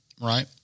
right